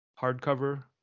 hardcover